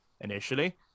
initially